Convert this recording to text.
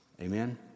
Amen